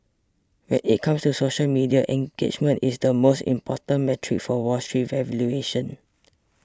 when it comes to social media engagement is the most important metric for Wall Street valuations